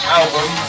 album